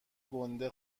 گنده